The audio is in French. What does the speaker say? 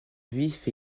vif